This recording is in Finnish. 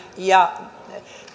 ja